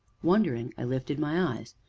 wondering, i lifted my eyes,